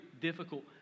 difficult